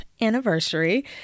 anniversary